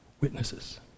witnesses